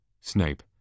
Snape